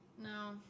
No